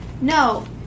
No